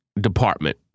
department